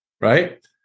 right